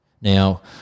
Now